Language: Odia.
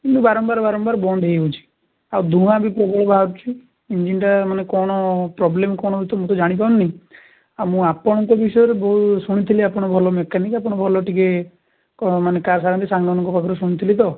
କିନ୍ତୁ ବାରମ୍ବାର ବାରମ୍ବାର ବନ୍ଦ ହେଇଯାଉଛି ଆଉ ଧୂଆଁ ବି ପ୍ରବଳ ବାହାରୁଛି ଇଞ୍ଜିନ୍ଟା ମାନେ କ'ଣ ପ୍ରୋବ୍ଲେମ୍ କ'ଣ ହେଉଛି ମୁଁ ତ ଜାଣିପାରୁନି ଆଉ ମୁଁ ଆପଣଙ୍କ ବିଷୟରେ ବହୁ ଶୁଣିଥିଲି ଆପଣ ବହୁତ ଭଲ ମେକାନିକ୍ ଆପଣ ଭଲ ଟିକିଏ କ'ଣ ମାନେ କାର୍ ସଜାଡ଼ନ୍ତି ସାଙ୍ଗମାନଙ୍କ ପାଖରୁ ଶୁଣିଥିଲି ତ